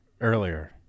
earlier